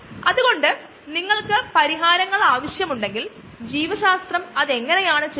ബയോറിയാക്ടറിൽ നമുക്ക് താല്പര്യമുള്ള മൈക്രോഓർഗാനിസം അടങ്ങിയിരിക്കുന്നു